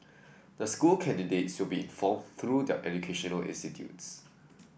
the school candidates will be informed through their educational institutes